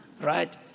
right